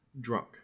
drunk